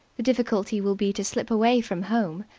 the difficulty will be to slip away from home.